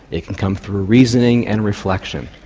it can come through reasoning and reflection.